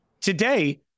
Today